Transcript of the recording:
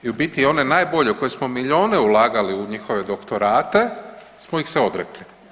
I u biti one najbolje u kojem smo milijune ulagali u njihove doktorate smo ih se odrekli.